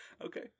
Okay